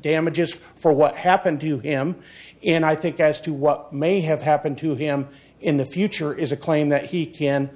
damages for what happened to him and i think as to what may have happened to him in the future is a claim that he can